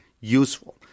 useful